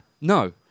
No